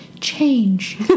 Change